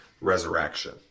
Resurrection